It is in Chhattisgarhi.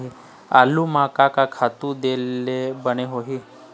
आलू म का का खातू दे ले बने होही?